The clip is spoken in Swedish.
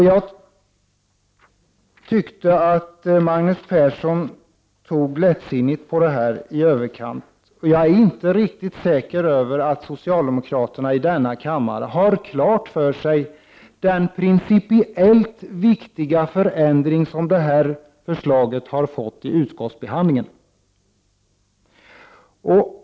Jag menar att Magnus Persson tog denna fråga på ett i överkant lättsinnigt sätt. Jag är inte riktigt säker på att socialdemokraterna i denna kammare har klart för sig den principiellt viktiga förändring som detta förslag har fått i utskottsbehandlingen.